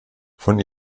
von